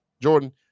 Jordan